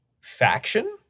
faction